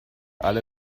alle